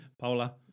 Paula